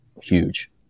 huge